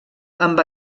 amb